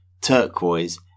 turquoise